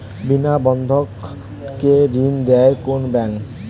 বিনা বন্ধক কে ঋণ দেয় কোন ব্যাংক?